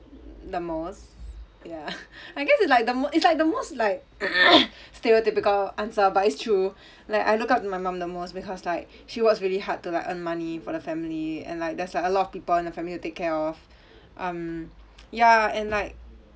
the most ya I guess it's like the mo~ it's like the most like stereotypical answer but it's true like I look up my mum the most because like she works really hard to like earn money for the family and like there's like a lot of people in the family to take care of um ya and like